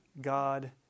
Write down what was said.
God